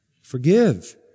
forgive